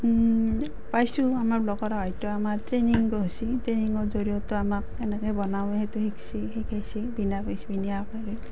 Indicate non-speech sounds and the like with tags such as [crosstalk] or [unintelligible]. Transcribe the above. পাইছোঁ আমাৰ ব্লকত হয়তো আমাৰ ট্ৰেইনিং হৈছে ট্ৰেইনিঙৰ জৰিয়তে আমাক কেনেকৈ বনাম সেইটো শিকিছোঁ শিকাইছে বিনা [unintelligible]